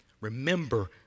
remember